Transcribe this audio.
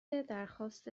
درخواست